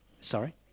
Sorry